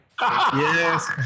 Yes